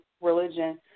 religion